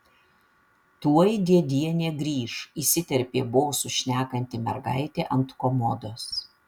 tuoj dėdienė grįš įsiterpė bosu šnekanti mergaitė ant komodos